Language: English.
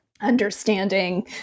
understanding